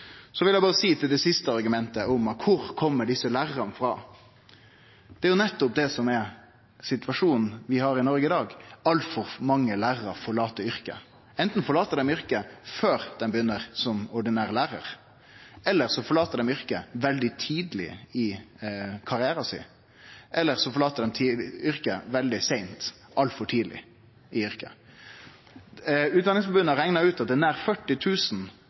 Så vil eg berre seie til det siste argumentet, om kor desse lærarane kjem frå. Det er jo nettopp det som er situasjonen vi har i Noreg i dag: Altfor mange lærarar forlèt yrket. Enten forlèt dei yrket før dei begynner som ordinære lærarar, eller så forlèt dei yrket veldig tidleg i karrieren sin, eller så forlèt dei yrket veldig seint, altfor tidleg i yrket. Utdanningsforbundet har rekna ut at det er nær